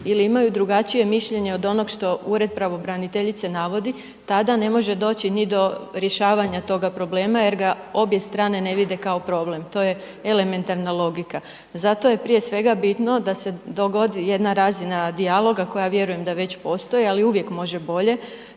ili imaju drugačije mišljenje od onog što ured pravobraniteljice navodi, tada ne može doći ni do rješavanja toga problema jer ga obje strane ne vide kao problem, to je elementarna logika. Zato je prije svega bitno da se dogodi jedna razina dijaloga koja vjerujem da već postoji, ali uvijek može bolje,